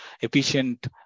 efficient